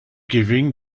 giving